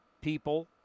people